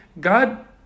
God